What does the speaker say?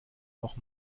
noch